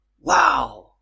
Wow